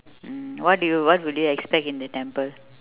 mm what do you what will you expect in the temple